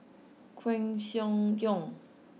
Koeh Sia Yong